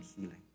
healing